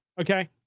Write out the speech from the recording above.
Okay